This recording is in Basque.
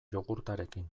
jogurtarekin